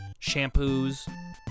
shampoos